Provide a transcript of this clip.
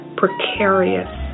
precarious